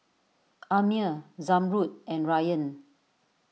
Ammir Zamrud and Ryan